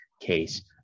case